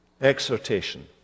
exhortation